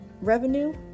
revenue